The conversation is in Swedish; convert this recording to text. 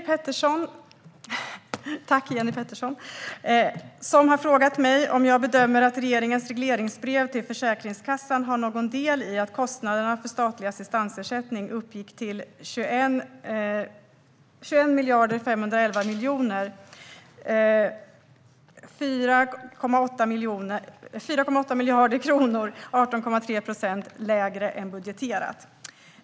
Herr talman! Jenny Petersson har frågat mig om jag bedömer att regeringens regleringsbrev till Försäkringskassan har någon del i att kostnaderna för statlig assistansersättning uppgick till 21 511 000, vilket är 4,8 miljarder kronor eller 18,3 procent lägre än budgeterat.